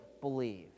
believe